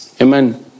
Amen